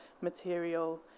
material